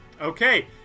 Okay